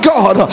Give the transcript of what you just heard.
God